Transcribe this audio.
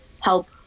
help